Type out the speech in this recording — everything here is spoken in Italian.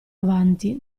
avanti